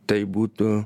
tai būtų